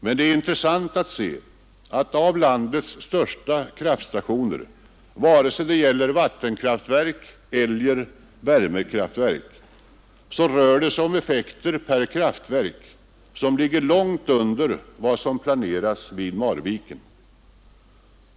Det är också intressant att se att vid landets största kraftstationer — vare sig det gäller vattenkraftverk eller värmekraftverk — så rör det sig om effekter per kraftverk som ligger långt under vad som planeras vid Marviken.